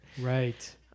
right